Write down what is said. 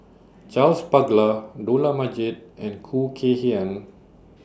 Charles Paglar Dollah Majid and Khoo Kay Hian